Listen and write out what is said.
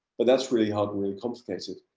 but that's really hard, really complicated.